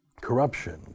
corruption